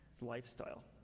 lifestyle